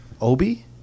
Obi